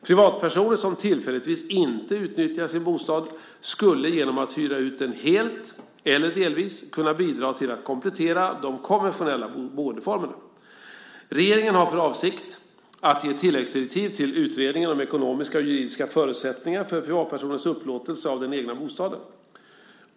Privatpersoner som tillfälligtvis inte utnyttjar sin bostad skulle genom att hyra ut den helt eller delvis kunna bidra till att komplettera de konventionella boendeformerna. Regeringen har för avsikt att ge tilläggsdirektiv till utredningen om ekonomiska och juridiska förutsättningar för privatpersoners upplåtelse av den egna bostaden.